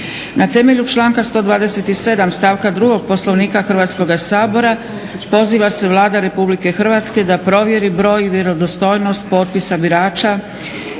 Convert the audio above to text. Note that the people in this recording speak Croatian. Na temelju članka 127., stavka 2. Poslovnika Hrvatskoga sabora poziva se Vlada RH da provjeri broj i vjerodostojnost potpisa birača